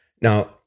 Now